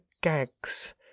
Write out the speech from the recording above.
gags